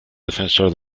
defensor